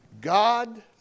God